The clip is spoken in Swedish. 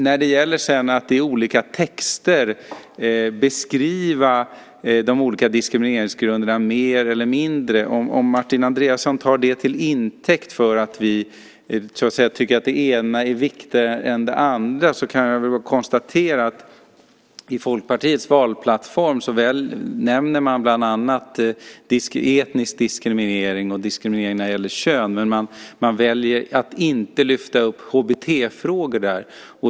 När det sedan gäller att i olika texter beskriva de olika diskrimineringsgrunderna mer eller mindre, om Martin Andreasson tar det till intäkt för att vi tycker att det ena är viktigare än det andra, kan jag konstatera att man i Folkpartiets valplattform nämner bland annat etnisk diskriminering och diskriminering när det gäller kön. Men man väljer att inte lyfta upp HBT-frågor där.